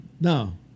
No